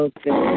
Okay